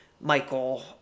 Michael